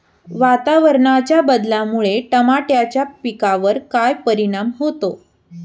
वातावरणाच्या बदलामुळे टमाट्याच्या पिकावर काय परिणाम होतो?